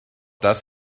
does